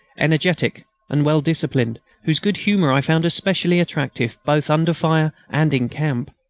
energetic and well disciplined, whose good humour i found especially attractive both under fire and in camp.